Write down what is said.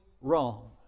wrong